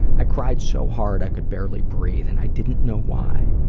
i cried so hard i could barely breathe, and i didn't know why.